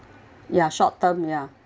ya short term ya